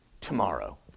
tomorrow